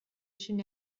should